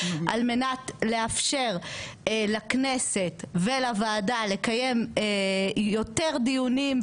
על מנת לאפשר לכנסת ולוועדה לקיים יותר דיונים,